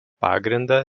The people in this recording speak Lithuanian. pagrindą